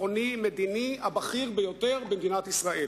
הביטחוני-המדיני הבכיר ביותר במדינת ישראל.